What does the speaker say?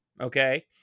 okay